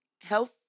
health